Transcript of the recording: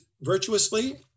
virtuously